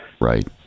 Right